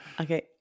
Okay